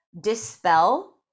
dispel